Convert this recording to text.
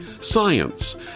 science